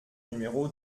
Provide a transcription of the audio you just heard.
numéro